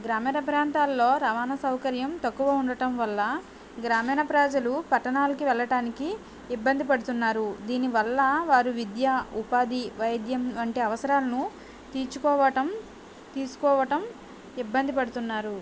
గ్రామీణ ప్రాంతాల్లో రవాణా సౌకర్యం తక్కువ ఉండటం వల్ల గ్రామీణ ప్రజలు పట్టణాలకి వెళ్ళటానికి ఇబ్బంది పడుతున్నారు దీని వల్ల వారు విద్య ఉపాధి వైద్యం వంటి అవసరాలను తీర్చుకోవటం తీసుకోవడం ఇబ్బంది పడుతున్నారు